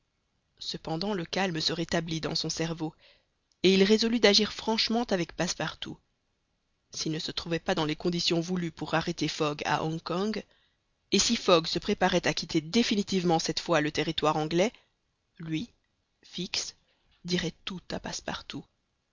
cependant le calme se rétablit dans son cerveau et il résolut d'agir franchement avec passepartout s'il ne se trouvait pas dans les conditions voulues pour arrêter fogg à hong kong et si fogg se préparait à quitter définitivement cette fois le territoire anglais lui fix dirait tout à passepartout